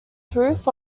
proof